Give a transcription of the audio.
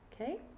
Okay